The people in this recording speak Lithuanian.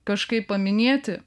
kažkaip paminėti